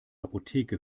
apotheke